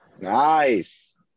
Nice